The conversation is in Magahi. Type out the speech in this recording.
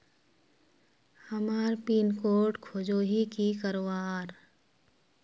हमार पिन कोड खोजोही की करवार?